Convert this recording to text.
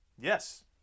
Yes